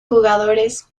jugadores